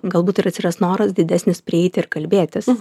galbūt ir atsiras noras didesnis prieiti ir kalbėtis